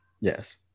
yes